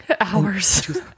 Hours